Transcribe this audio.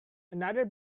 another